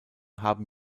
haben